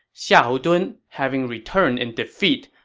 xiahou dun, having returned in defeat,